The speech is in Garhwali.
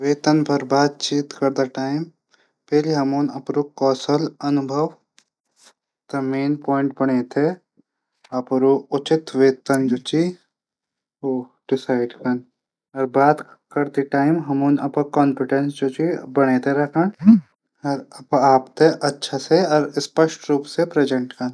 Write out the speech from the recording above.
वेतन पर बातचीत करदा टाइम हमन अपडू कोशल अनुभव मेन प्वाइंट्स बणै थै। अपडू उचित वेतन जू च डिसाडिड कन बात करदा टाइम कान्फिडैस बणै थै रखण और अपड आप थै अछा रूप मा प्रजन्ट कन।